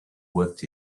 worth